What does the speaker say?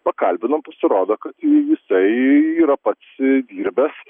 pakalbinom pasirodo kad jisai yra pats dirbęs